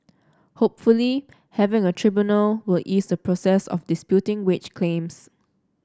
hopefully having a tribunal will ease the process of disputing wage claims